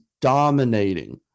dominating